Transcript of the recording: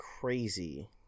crazy